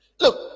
look